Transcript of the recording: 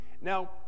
now